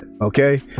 okay